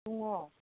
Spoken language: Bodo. दङ